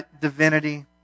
divinity